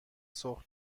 سرخ